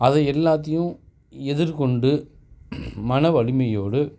அது எல்லாத்தையும் எதிர்கொண்டு மன வலிமையோடு